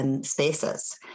Spaces